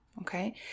Okay